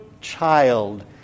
child